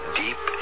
deep